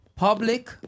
Public